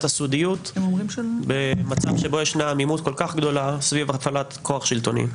הסודיות במצב שבו יש עמימות כה גדולה סביב הפעלת כוח שלטוני.